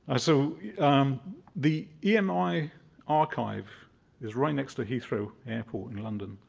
ah so the emi archive is right next to heathrow airport in london.